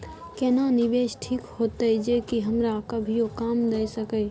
केना निवेश ठीक होते जे की हमरा कभियो काम दय सके?